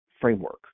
framework